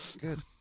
good